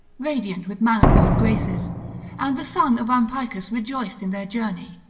radiant with manifold graces and the son of ampycus rejoiced in their journey,